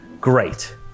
Great